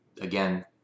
again